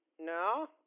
no